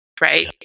right